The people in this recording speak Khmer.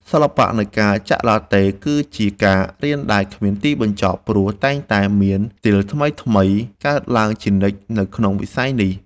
សិល្បៈនៃការចាក់ឡាតេ គឺជាការរៀនដែលគ្មានទីបញ្ចប់ ព្រោះតែងតែមានស្ទីលថ្មីៗកើតឡើងជានិច្ចនៅក្នុងវិស័យនេះ។